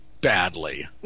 badly